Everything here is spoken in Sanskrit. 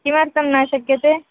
किमर्थं न शक्यते